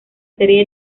serie